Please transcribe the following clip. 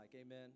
amen